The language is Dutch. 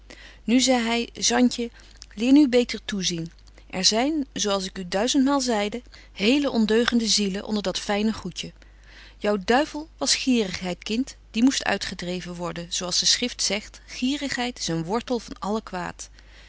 nu zei hy zantje leer nu beter toezien er zyn zo als ik u duizend maal zeide hele ondeugende fielen onder dat fyne goedje jou duivel was gierigheid kind die moest uitgedreven worden zo als de schrift zegt gierigheid is een wortel van alle kwaad